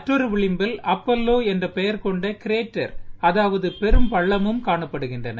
மற்றொரு விளிப்பில் அப்பல்லோ என்ற பெயர் கொண்ட கிரோட்டர் அதாவது பெரும் பள்ளமும் காளப்படுகின்றன